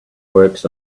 works